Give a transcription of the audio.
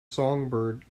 songbird